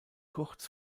kurz